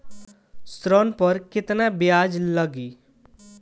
ऋण पर केतना ब्याज लगी?